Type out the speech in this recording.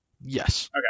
Yes